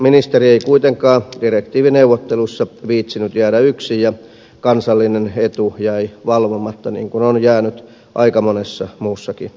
vastuuministeri ei kuitenkaan direktiivineuvotteluissa viitsinyt jäädä yksin ja kansallinen etu jäi valvomatta niin kuin on jäänyt aika monessa muussakin asiassa